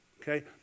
okay